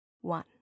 one